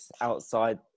Outside